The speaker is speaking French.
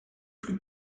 plus